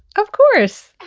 of course.